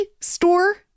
store